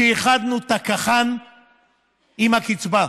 איחדנו את הקח"ן עם הקצבה.